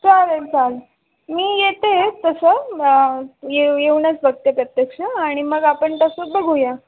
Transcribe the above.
चालेल चालेल मी येते तसं येऊ येऊनच बघते प्रत्यक्ष आणि मग आपण तसंच बघूया